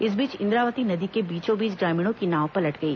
इस बीच इंद्रावती नदी के बीचों बीच ग्रामीणों की नाव पलट गई